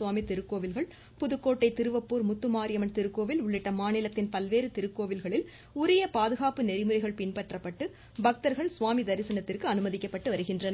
சுவாமி திருக்கோவில்கள் புதுக்கோட்டை திருவப்பூர் முத்துமாரியம்மன் திருக்கோவில் உள்ளிட்ட மாநிலத்தின் பல்வேறு திருக்கோவில்களில் உரிய பாதுகாப்பு நெறிமுறைகள் பின்பற்றப்பட்டு பக்தர்கள் சுவாமி தரிசனத்திற்கு அனுமதிக்கப்பட்டு வருகின்றனர்